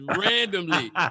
randomly